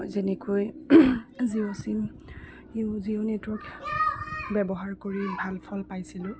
যেনেকৈ জিঅ' চিম ইঅ জিঅ' নেটৱৰ্ক ব্যৱহাৰ কৰি ভাল ফল পাইছিলোঁ